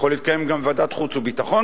יכול להתקיים גם בוועדת חוץ וביטחון,